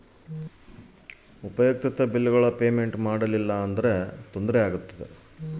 ಉಪಯುಕ್ತತೆ ಬಿಲ್ಲುಗಳ ಪೇಮೆಂಟ್ ಮಾಡಲಿಲ್ಲ ಅಂದರೆ ಏನು ಮಾಡುತ್ತೇರಿ?